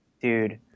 dude